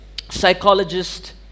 Psychologist